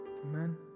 amen